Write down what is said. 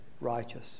righteous